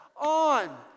on